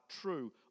true